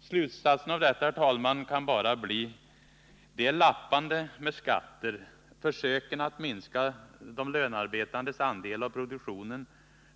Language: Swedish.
Slutsatsen av detta kan bara bli: lappandet med skatter, försöken att minska de lönarbetandes andel av produktionen,